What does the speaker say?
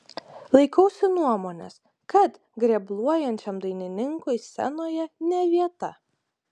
laikausi nuomonės kad grebluojančiam dainininkui scenoje ne vieta